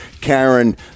karen